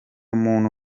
muntu